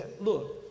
look